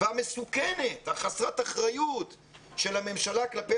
המסוכנת וחסרת האחריות של הממשלה כלפי